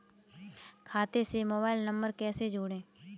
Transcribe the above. खाते से mobile number कैसे जोड़ें?